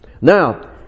Now